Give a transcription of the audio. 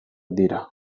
dira